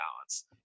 balance